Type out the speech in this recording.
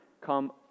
Come